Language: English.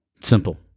Simple